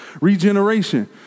Regeneration